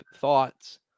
thoughts